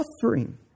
suffering